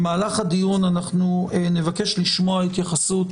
במהלך הדיון, אנחנו נבקש לשמוע התייחסות,